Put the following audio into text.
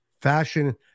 fashion